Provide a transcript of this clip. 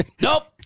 nope